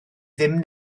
ddim